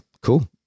Cool